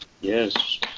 Yes